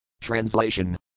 Translation